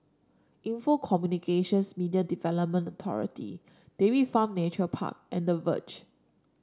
Info Communications Media Development Authority Dairy Farm Nature Park and The Verge